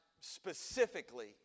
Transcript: specifically